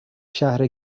شهر